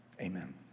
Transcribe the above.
amen